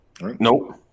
Nope